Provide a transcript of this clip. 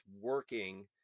working